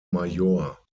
major